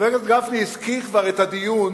חבר הכנסת גפני כבר הזכיר את הדיון